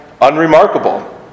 unremarkable